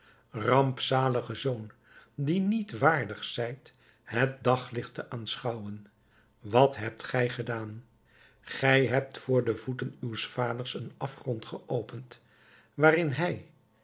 rampzalige zoon die niet waardig zijt het daglicht te aanschouwen wat hebt gij gedaan gij hebt voor de voeten uws vaders een afgrond geopend waarin hij